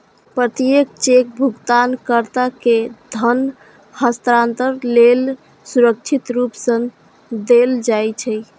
प्रत्येक चेक भुगतानकर्ता कें धन हस्तांतरण लेल सुरक्षित रूप सं देल जाइ छै